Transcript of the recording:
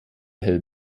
hell